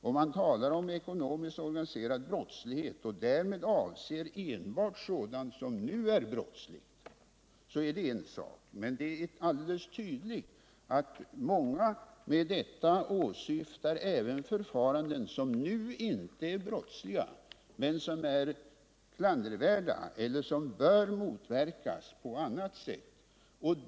Om man talar om organiserad ekonomisk brottslighet och därmed avser enbart sådan som nu är brottslig, så är det en sak, men det är alldeles tydligt att många med detta även åsyftar förfaranden, som nu inte är brottsliga men som är klandervärda eller som bör motverkas på annat sätt.